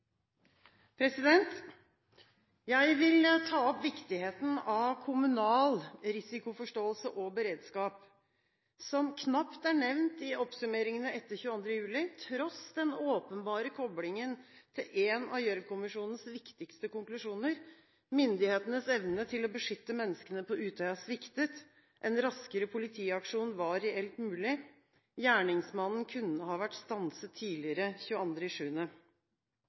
Jeg vil ta opp viktigheten av kommunal risikoforståelse og beredskap, som knapt er nevnt i oppsummeringene etter 22. juli 2011, tross den åpenbare koblingen til noen av Gjørv-kommisjonens viktigste konklusjoner: Myndighetenes evne til å beskytte menneskene på Utøya sviktet, en raskere politiaksjon var reelt mulig, og gjerningsmannen kunne ha vært stanset tidligere